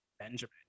Benjamin